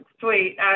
sweet